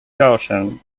caution